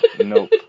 Nope